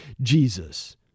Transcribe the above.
Jesus